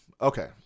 Okay